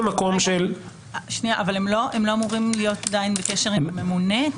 הם לא אמורים להיות עדיין בקשר עם הממונה?